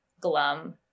glum